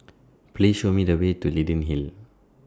Please Show Me The Way to Leyden Hill